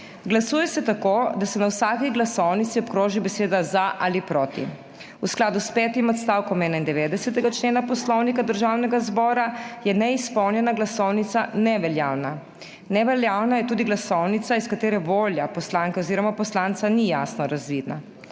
Glasuje se tako, da se na vsaki glasovnici obkroži beseda za ali proti. V skladu s petim odstavkom 91. člena Poslovnika Državnega zbora je neizpolnjena glasovnica neveljavna, neveljavna je tudi glasovnica, iz katere volja poslanke oziroma poslanca ni jasno razvidna.